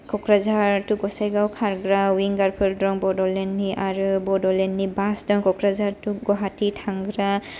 क'क्राझार तु गसाइगाव खारग्रा विंगारफोर दं बड'लेण्डनि आरो बड'लेण्डनि बास दं क'क्राझार तु गहाटी थांग्रा